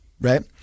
right